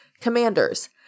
Commanders